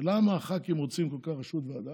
ולמה הח"כים רוצים כל כך רשות ועדה?